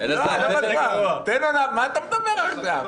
מה אתה מדבר עכשיו?